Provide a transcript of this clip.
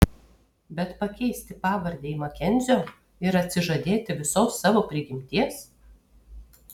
bet pakeisti pavardę į makenzio ir atsižadėti visos savo prigimties